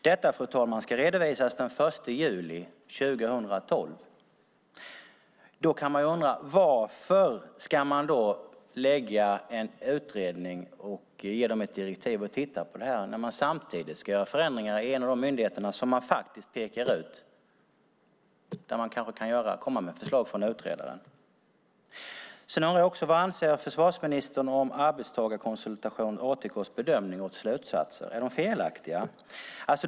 Detta ska redovisas den 1 juli 2012. Då kan man undra varför man ska tillsätta en utredning och ge den direktiv att titta på detta när man samtidigt ska göra förändringar i en av de myndigheter som man pekar ut. Utredaren kan ju komma med förslag här. Sedan undrar jag också vad försvarsministern anser om Arbetstagarekonsults bedömning och slutsatser. Är de felaktiga?